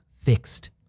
fixed